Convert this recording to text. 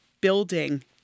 building